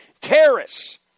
terrorists